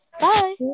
Bye